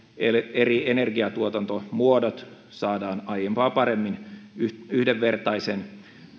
eri energiatuotantomuodot saadaan aiempaa paremmin yhdenvertaisen